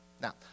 Now